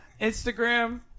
instagram